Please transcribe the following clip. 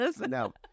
No